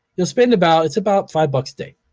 you'll spend about, it's about five buck a day,